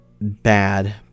bad